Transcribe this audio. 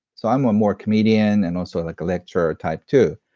so, i'm a more comedian, and also like a lecturer type, too.